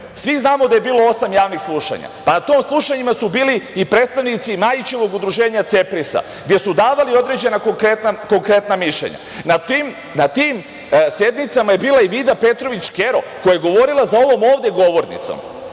znamo da je bilo osam javnih slušanja. Na tim slušanjima su bili i predstavnici Majićevog udruženja CEPRIS, gde su davali određena konkretna mišljenja. Na tim sednicama je bila i Vida Petrović Škero koja je govorila za ovom ovde govornicom.